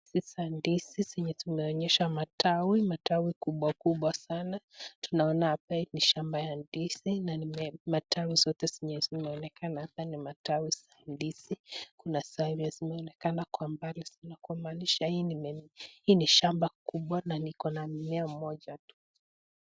Ndizi ambazo zinaonyeshana matawi kubwa kubwa sana. Ni shamba ya ndizi na matawi inayoonekana ni ya ndizi na kuna zenye ziko kwa mbali sana kuonyesha hili ni shamba kubwa na lina mmea mmoja tu.